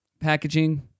packaging